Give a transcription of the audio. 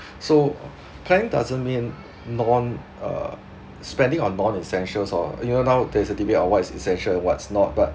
so kind doesn't mean non uh spending on non essential or even now there is a debate on what is essential and what's not but